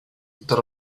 that